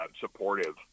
supportive